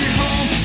home